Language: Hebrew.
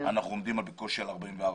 אנחנו עומדים בקושי על 44